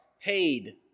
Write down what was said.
paid